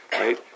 right